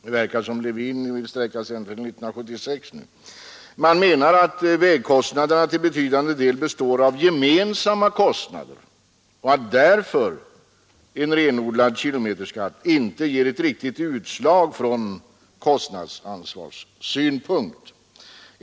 Det verkar som om herr Levin vill sträcka sig ända till 1976. Man menar att vägkostnaderna till betydande del består av gemensamma kostnader och att därför en renodlad kilometerskatt inte ger ett riktigt utslag från kostnadsansvarssynpunkt.